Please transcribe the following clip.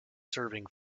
serving